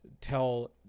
tell